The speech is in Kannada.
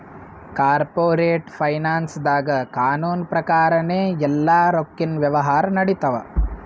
ಕಾರ್ಪೋರೇಟ್ ಫೈನಾನ್ಸ್ದಾಗ್ ಕಾನೂನ್ ಪ್ರಕಾರನೇ ಎಲ್ಲಾ ರೊಕ್ಕಿನ್ ವ್ಯವಹಾರ್ ನಡಿತ್ತವ